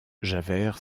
javert